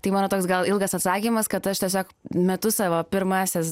tai mano toks gal ilgas atsakymas kad aš tiesiog metu savo pirmąsias